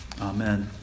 Amen